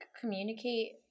communicate